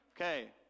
okay